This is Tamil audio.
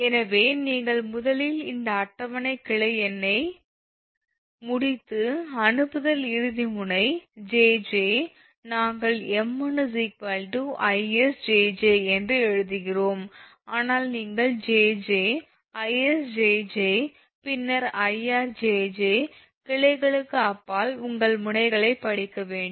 எனவே நீங்கள் முதலில் இந்த அட்டவணை கிளை எண்ணை முடித்து அனுப்புதல் இறுதி முனை 𝑗𝑗 நாங்கள் 𝑚1 𝐼𝑆 𝑗𝑗 என்று எழுதுகிறோம் ஆனால் நீங்கள் 𝑗𝑗 𝐼𝑆 𝑗𝑗 பின்னர் 𝐼𝑅 𝑗𝑗 கிளைகளுக்கு அப்பால் உள்ள முனைகளைப் படிக்க வேண்டும்